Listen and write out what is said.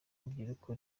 rubyiruko